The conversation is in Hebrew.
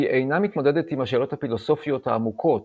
היא אינה מתמודדת עם השאלות הפילוסופיות העמוקות,